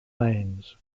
lanes